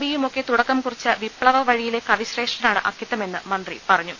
ബിയുമൊക്കെ തുടക്കംകുറിച്ച വിപ്തവവഴിയിലെ കവിശ്രേഷ്ഠനാണ് അക്കിത്തമെന്നും മന്ത്രി പറ ഞ്ഞു